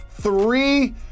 three